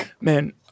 Man